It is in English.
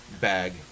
bag